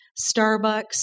Starbucks